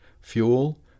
Fuel